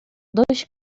dois